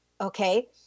okay